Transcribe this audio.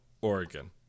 Oregon